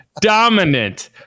Dominant